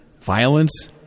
violence